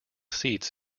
seats